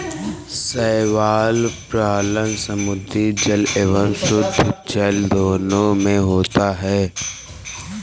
शैवाल पालन समुद्री जल एवं शुद्धजल दोनों में होता है